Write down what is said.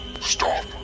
Stop